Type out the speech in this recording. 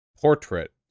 portrait